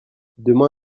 demain